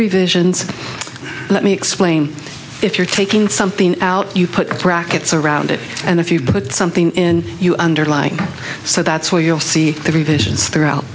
revisions let me explain if you're taking something out you put a crack at surround it and if you put something in your underlying so that's what you'll see every visions throughout